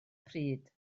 pryd